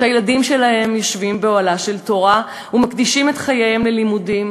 שהילדים שלהן יושבים באוהלה של תורה ומקדישים את חייהם ללימודים,